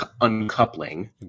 uncoupling